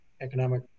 economic